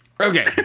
Okay